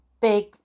big